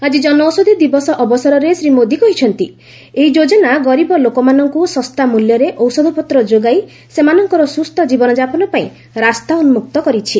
ଆଜି ଜନୌଷଧି ଦିବସ ଅବସରରେ ଶ୍ରୀ ମୋଦି କହିଛନ୍ତି ଏହି ଯୋଜନା ଗରିବ ଲୋକମାନଙ୍କୁ ଶସ୍ତା ମୂଲ୍ୟରେ ଔଷଧପତ୍ର ଯୋଗାଇ ସେମାନଙ୍କର ସୁସ୍ଥ ଜୀବନ ଯାପନପାଇଁ ରାସ୍ତା ଉନ୍କକ୍ତ କରିଛି